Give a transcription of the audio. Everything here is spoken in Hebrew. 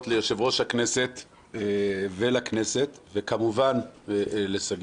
ליושב-ראש הכנסת ולכנסת, וכמובן לשגית,